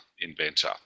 inventor